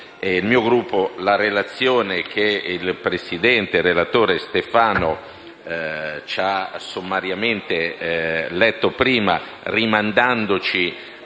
potuto leggere la relazione che il presidente relatore Stefano ci ha sommariamente letto prima, rimandandoci